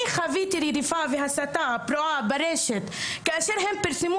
אני חוויתי רדיפה והסתה פרועה ברשת כאשר הם פרסמו